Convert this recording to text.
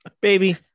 Baby